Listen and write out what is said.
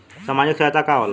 सामाजिक सहायता का होला?